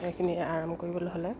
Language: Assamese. সেইখিনি আৰাম কৰিবলৈ হ'লে